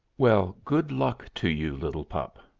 well, good luck to you, little pup,